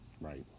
Right